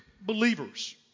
believers